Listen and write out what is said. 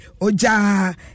Oja